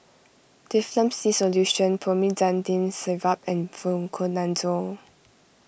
Difflam C Solution Promethazine Syrup and Fluconazole